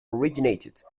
originated